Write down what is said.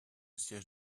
siége